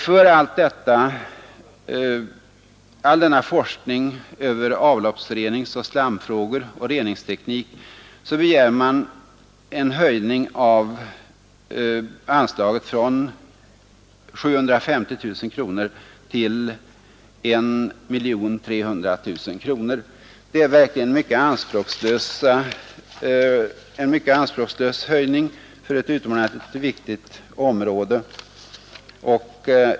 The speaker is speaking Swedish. För all forskning om avloppsreningsoch slamfrågor och reningsteknik begär man en höjning av anslaget från 750 000 kronor till 1,3 miljoner. Det är verkligen en mycket anspråkslös höjning för ett utomordentligt viktigt område.